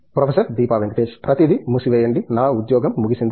professor Deepa Venkatesh ప్రతిదీ మూసివేయండి నా ఉద్యోగం ముగిసింది